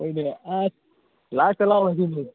ꯍꯣꯏꯅꯦ ꯑꯁ ꯂꯥꯛꯇ ꯂꯥꯛꯑꯣ ꯁꯤꯅꯤ